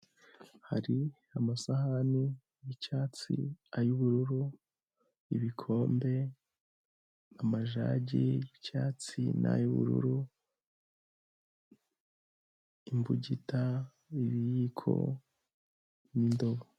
Hari: amasahani y'icyatsi, ay'ubururu, ibikombe, amajagi y'icyatsi n'ayubururu, imbugita, ibiyiko n'indobo.